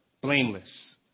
blameless